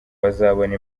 bazabona